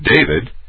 David